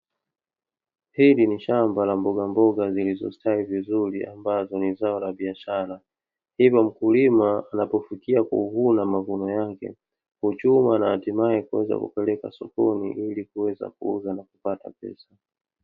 Hili ni shamba la mbogamboga zilizostawi vizuri, ambazo ni zao la biashara. Hivyo mkulima anapofikia kuvuna mavuno yake huchuma na hatimaye kuweza kupeleka sokoni ili aweze kuuza na kupata pesa.